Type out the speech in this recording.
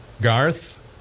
Garth